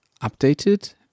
updated